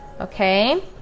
Okay